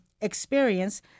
experience